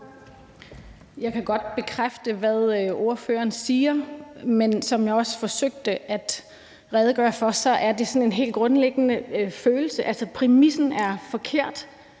Jeg kan godt bekræfte, hvad ordføreren siger, men som jeg også forsøgte at redegøre for, er der tale om sådan en helt grundlæggende følelse. Altså, præmissen er forkert,